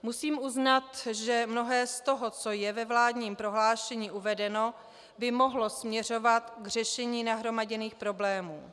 Musím uznat, že mnohé z toho, co je ve vládním prohlášení uvedeno, by mohlo směřovat k řešení nahromaděných problémů.